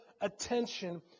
attention